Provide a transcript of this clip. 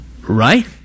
right